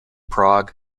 prague